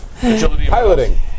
Piloting